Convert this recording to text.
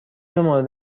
مورد